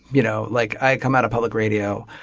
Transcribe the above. you know like i come out of public radio.